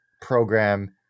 program